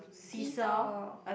see-saw